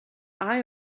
eye